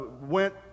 went